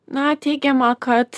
na teigiama kad